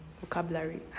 Vocabulary